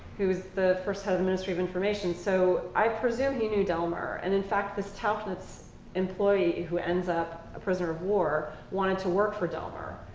who was the first head of ministry of information. so i presume he knew delmar. and in fact, this tauchnitz employee, who ends up prisoner of war, wanted to work for delmar.